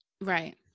Right